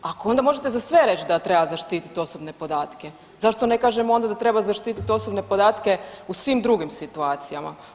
Ako, onda možete za sve reći da treba zaštiti osobne podatke, zašto ne kažemo onda da treba zaštiti osobne podatke u svim drugim situacijama?